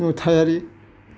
नुथायारि